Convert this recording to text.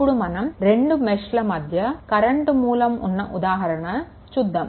ఇప్పుడు మనం రెండు మెష్ల మధ్య కరెంట్ మూలం ఉన్న ఉదాహరణ చూద్దాము